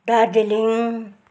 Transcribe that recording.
Darjeeling